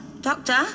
Doctor